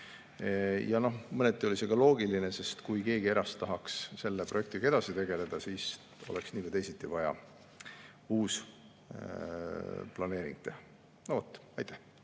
Mõneti oli see ka loogiline, sest kui keegi era[sektorist] tahaks selle projektiga edasi tegeleda, siis oleks nii või teisiti vaja uus planeering teha. No vot. Aitäh!